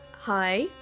Hi